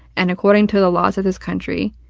and according to the laws of this country,